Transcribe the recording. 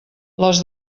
les